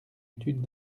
étude